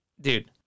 dude